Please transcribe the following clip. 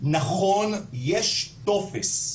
נכון יש טופס,